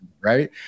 right